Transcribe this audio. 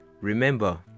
Remember